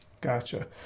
Gotcha